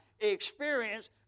experience